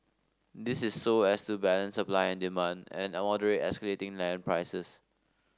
this is so as to balance supply and demand and moderate escalating land prices